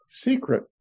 Secret